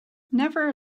never